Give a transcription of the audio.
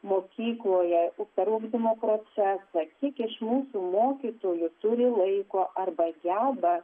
mokykloje per ugdymo procesą kiek iš mūsų mokytojų turi laiko arba geba